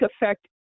effect